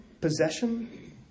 possession